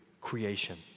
creation